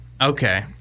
Okay